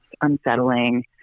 unsettling